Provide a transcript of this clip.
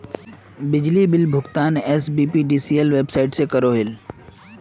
बिजली बिल भुगतान SBPDCL website से क्रॉइल